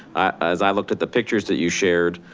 as i looked at the pictures that you shared,